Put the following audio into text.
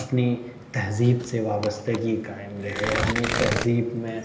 اپنی تہذیب سے وابستگی قائم رہے اپنی تہذیب میں